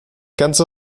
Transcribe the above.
ganze